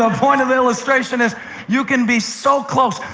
ah point of the illustration is you can be so close,